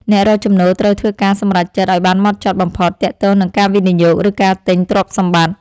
អ្នករកចំណូលត្រូវធ្វើការសម្រេចចិត្តឱ្យបានម៉ត់ចត់បំផុតទាក់ទងនឹងការវិនិយោគ ឬការទិញទ្រព្យសម្បត្តិ។